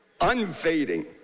unfading